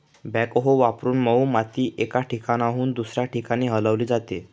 backhoe वापरून मऊ माती एका ठिकाणाहून दुसऱ्या ठिकाणी हलवली जाते